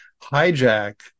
hijack